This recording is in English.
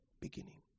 beginning